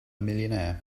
millionaire